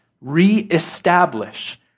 reestablish